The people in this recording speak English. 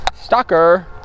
stalker